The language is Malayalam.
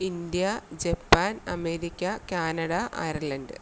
India Japan America Canada Ireland